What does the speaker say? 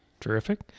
terrific